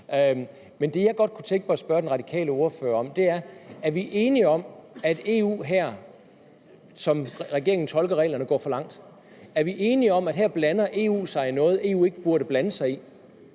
Det, jeg godt kunne tænke mig at spørge den Radikale ordfører om, er: Er vi enige om, at EU her, som regeringen tolker reglerne, går for langt? Er vi enige om, at her blander EU sig i noget, EU ikke burde blande sig i?